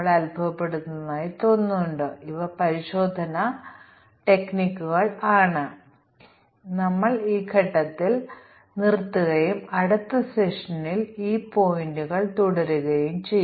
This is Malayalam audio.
അടുത്ത സെഷനിൽ നമ്മൾ കൂടുതൽ ഇന്റേഗ്രേഷൻ ടെസ്റ്റിംഗ് ടെക്നിക്കുകൾ നോക്കും